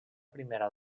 primera